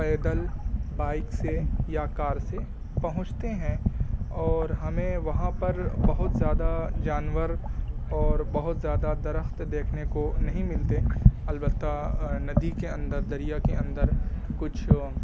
پیدل بائیک سے یا کار سے پہنچتے ہیں اور ہمیں وہاں پر بہت زیادہ جانور اور بہت زیادہ درخت دیکھنے کو نہیں ملتے البتہ ندی کے اندر دریا کے اندر کچھ